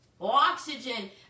oxygen